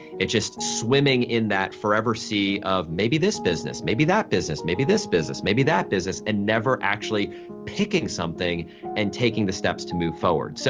it's just swimming in that forever sea of maybe this business, maybe that business, maybe this business, maybe that business, and never actually picking something and taking the steps to move forward. so